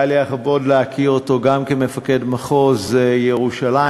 היה לי הכבוד להכיר אותו גם כמפקד מחוז ירושלים,